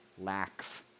lacks